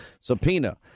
subpoena